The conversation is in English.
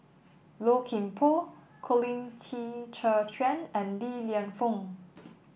Low Kim Pong Colin Qi Zhe Quan and Li Lienfung